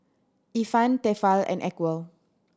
Ifan Tefal and Acwell